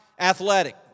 athletic